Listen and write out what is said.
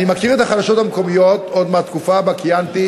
אני מכיר את החדשות המקומיות עוד מהתקופה שבה כיהנתי,